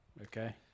Okay